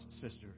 sister